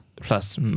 plus